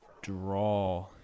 draw